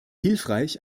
hilfreich